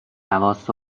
حواس